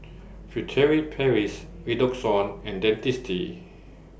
Furtere Paris Redoxon and Dentiste